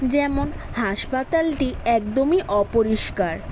যেমন হাসপাতালটি একদমই অপরিষ্কার